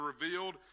revealed